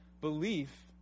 belief